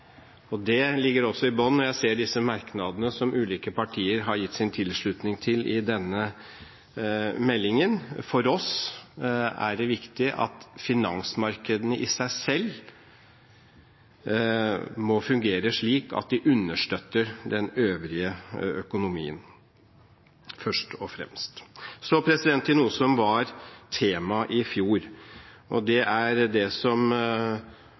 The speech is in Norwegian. Det ligger også i bånn når jeg ser de merknadene som ulike partier har gitt sin tilslutning til i denne meldingen. For oss er det viktig at finansmarkedene i seg selv må fungere slik at de understøtter den øvrige økonomien først og fremst. Så til noe som var tema i fjor, og det er det som